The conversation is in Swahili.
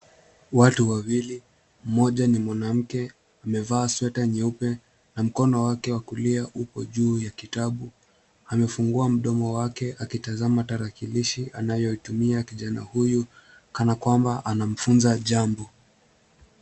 Watu wawili, mmoja ni mwanamke, amevaa sweta nyeupe na mkono wake wa kulia uko juu ya kitabu. Amefungua mdomo wake akitazama tarakilishi anayoitumia kijana huyu kana kwamba anamfunza jambo.